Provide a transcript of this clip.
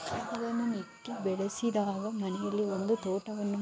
ಅದನ್ನು ನೆಟ್ಟಿ ಬೆಳೆಸಿದಾಗ ಮನೆಯಲ್ಲಿ ಒಂದು ತೋಟವನ್ನು